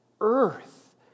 earth